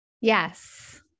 yes